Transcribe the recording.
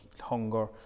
hunger